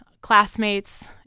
classmates